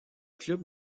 club